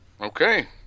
Okay